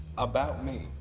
about me?